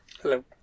Hello